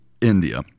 India